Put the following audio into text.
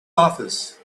office